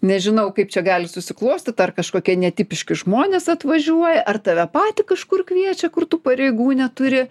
nežinau kaip čia gali susiklostyt ar kažkokie netipiški žmonės atvažiuoja ar tave patį kažkur kviečia kur tu pareigų neturi